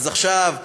אז עכשיו: